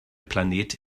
planet